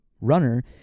runner